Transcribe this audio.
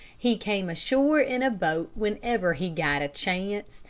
he came ashore in a boat whenever he got a chance,